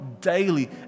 daily